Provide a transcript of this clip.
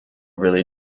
really